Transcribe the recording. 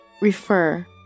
refer